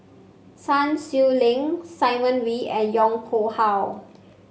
Sun Xueling Simon Wee and Yong Pung How